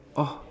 orh